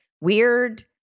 weird